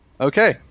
Okay